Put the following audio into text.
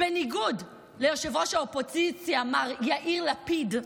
בניגוד לראש האופוזיציה מר יאיר לפיד,